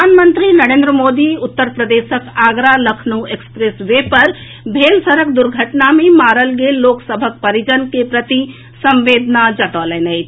प्रधानमंत्री नरेन्द्र मोदी उत्तर प्रदेशक आगरा लखनऊ एक्सप्रेस वे पर भेल सड़क दुर्घटना मे मारल गेल लोक सभक परिजन के प्रति संवेदना जतौलनि अछि